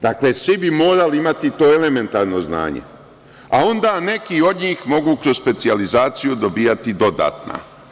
Dakle, svi bi morali imati to elementarno znanje, a onda neki od njih mogu kroz specijalizaciju dobijati dodatna.